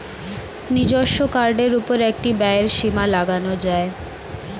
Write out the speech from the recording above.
নিজস্ব কার্ডের উপর একটি ব্যয়ের সীমা লাগানো যায়